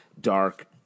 dark